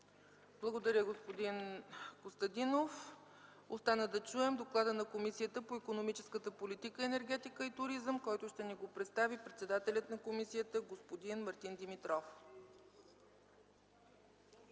Благодаря, господин Костадинов. Остана да чуем доклада на Комисията по икономическата политика, енергетика и туризъм, който ще ни представи председателят на комисията господин Мартин Димитров.